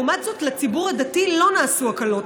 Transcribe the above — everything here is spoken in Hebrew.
לעומת זאת, לציבור הדתי לא נעשו הקלות.